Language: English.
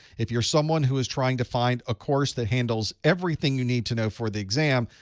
if you're someone who is trying to find a course that handles everything you need to know for the exam,